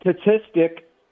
statistic